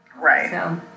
Right